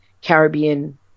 Caribbean